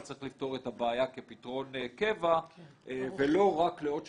אבל צריך לפתור את הבעיה כפתרון קבע ולא רק לעוד שנה,